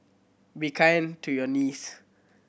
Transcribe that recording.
be kind to your knees